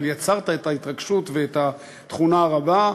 אבל יצרת את ההתרגשות ואת התכונה הרבה,